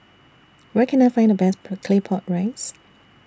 Where Can I Find The Best Per Claypot Rice